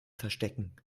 verstecken